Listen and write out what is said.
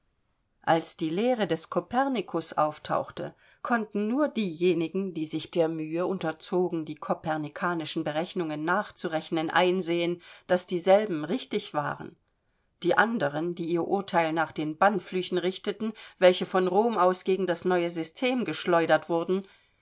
als die lehre des kopernikus auftauchte konnten nur diejenigen die sich der mühe unterzogen die kopernikanischen berechnungen nachzurechnen einsehen daß dieselben richtig waren die anderen die ihr urteil nach den bannflüchen richteten welche von rom aus gegen das neue system geschleudert wurden